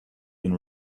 been